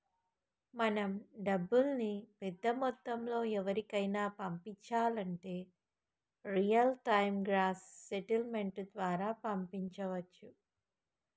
మనం డబ్బుల్ని పెద్ద మొత్తంలో ఎవరికైనా పంపించాలంటే రియల్ టైం గ్రాస్ సెటిల్మెంట్ ద్వారా పంపించవచ్చు